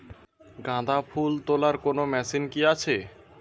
গাঁদাফুল তোলার কোন মেশিন কি আছে?